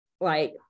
like-